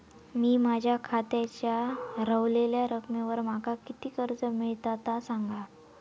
मी माझ्या खात्याच्या ऱ्हवलेल्या रकमेवर माका किती कर्ज मिळात ता सांगा?